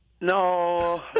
No